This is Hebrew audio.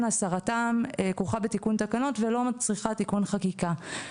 הסרתן כרוכה בתיקון תקנות ולא מצריכה תיקון חקיקה.